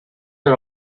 are